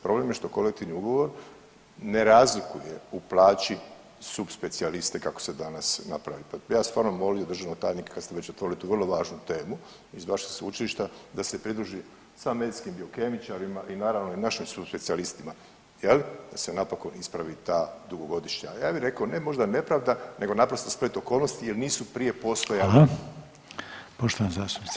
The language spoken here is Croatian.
Problem je što kolektivni ugovor ne razlikuje u plaći subspecijaliste kako se danas … [[Govornik se ne razumije]] Ja bi stvarno molio državnog tajnika kad ste već otvorili tu vrlo važnu temu iz vašeg sveučilišta da se pridruži sa medicinskim kemičarima i naravno i našim subspecijalistima jel da se napokon ispravi ta dugogodišnja, ja bi rekao ne možda nepravda nego naprosto splet okolnosti jer nisu prije postojali.